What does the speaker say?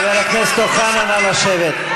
חבר הכנסת אוחנה, נא לשבת.